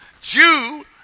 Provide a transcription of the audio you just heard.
Jew